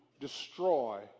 destroy